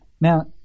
Now